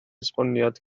esboniad